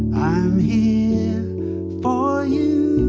i'm here for you.